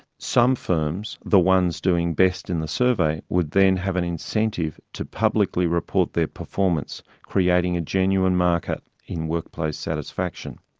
some firms the ones doing best in the survey would then have an incentive to publicly report their performance creating a genuine market in workplace satisfaction.